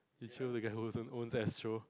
you jio the guy who was on own astro